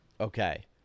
Okay